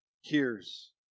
hears